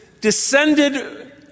descended